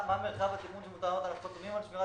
מרחב ה --- שמותר לנו לעשות עם שמירת